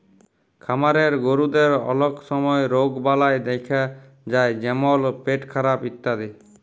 খামারের গরুদের অলক সময় রগবালাই দ্যাখা যায় যেমল পেটখারাপ ইত্যাদি